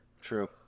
True